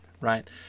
right